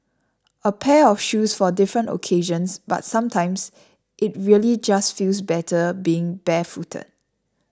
a pair of shoes for different occasions but sometimes it really just feels better being barefooted